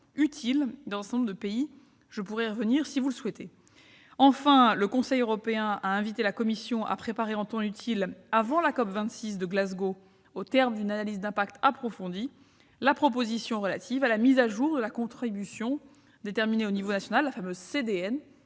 une clarification utile. J'y reviendrai si vous le souhaitez. Enfin, le Conseil européen a invité la Commission à préparer en temps utile, avant la COP26 de Glasgow, au terme d'une analyse d'impact approfondie, la proposition relative à la mise à jour de la contribution déterminée au niveau national (CDN)